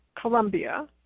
Colombia